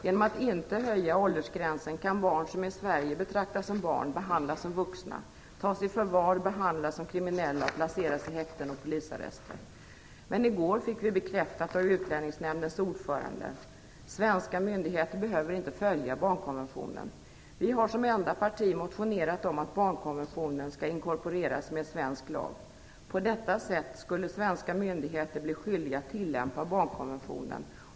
Genom att man inte höjer åldersgränsen kan barn som i Sverige betraktas som barn behandlas som vuxna, tas i förvar, behandlas som kriminiella och placeras i häkten och polisarrester. Men i går fick vi bekräftat av Utlänningsnämndens ordförande att svenska myndigheter inte behöver följa barnkonventionen. Vi har som enda parti motionerat om att barnkonventionen skall inkorporeras med svensk lag. På detta sätt skulle svenska myndigheter bli skyldiga att tillämpa barnkonventionen.